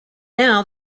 now